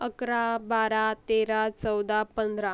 अकरा बारा तेरा चौदा पंधरा